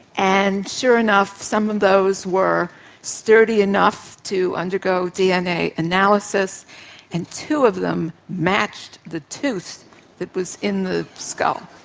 and sure enough, some of those were sturdy enough to undergo dna analysis and two of them matched the tooth that was in the skull.